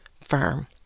firm